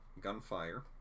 gunfire